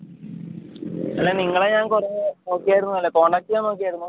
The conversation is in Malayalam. അല്ല നിങ്ങളെ ഞാൻ കുറെ നോക്കിയിരുന്നു ഇന്നലെ കോൺടാക്ട് ചെയ്യാൻ നോക്കിയിരുന്നു